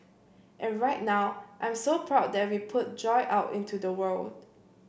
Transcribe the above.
and right now I'm so proud that we put joy out into the world